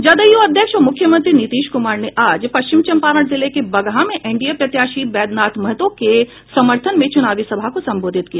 जदयू अध्यक्ष और मुख्यमंत्री नीतीश कुमार ने आज पश्चिम चंपारण जिले के बगहा में एनडीए प्रत्याशी वैद्यनाथ महतो के समर्थन में चुनावी सभा को संबोधित किया